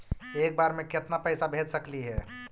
एक बार मे केतना पैसा भेज सकली हे?